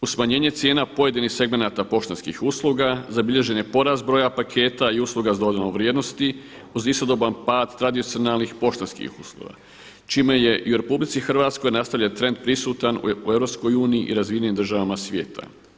Uz smanjene cijena pojedinih segmenata poštanskih usluga zabilježen je porast broja paketa i usluga s dodanom vrijednosti uz istodoban pad tradicionalnih poštanskih usluga, čime je i u RH nastavljen trend prisutan u EU i razvijenim državama svijeta.